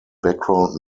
background